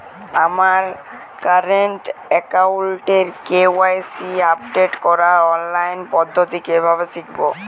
আমার কারেন্ট অ্যাকাউন্টের KYC update করার অনলাইন পদ্ধতি কীভাবে শিখব?